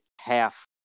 half